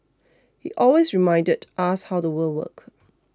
he always reminded us how the world worked